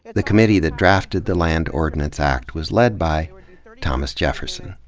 the committee that drafted the land ordinance act was led by thomas jefferson,